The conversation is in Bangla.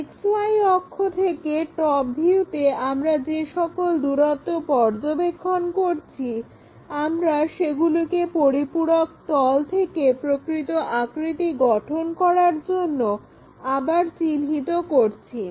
XY অক্ষ থেকে টপ ভিউতে আমরা যে সকল দূরত্ব পর্যবেক্ষণ করছি আমরা সেগুলোকে পরিপূরক তল থেকে প্রকৃত আকৃতি গঠন করার জন্য আবার চিহ্নিত করছি